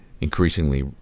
increasingly